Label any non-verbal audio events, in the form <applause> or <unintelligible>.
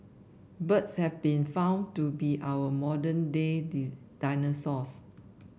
birds have been found to be our modern day <unintelligible> dinosaurs